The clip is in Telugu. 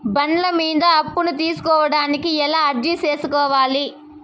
బండ్ల మీద అప్పును తీసుకోడానికి ఎలా అర్జీ సేసుకోవాలి?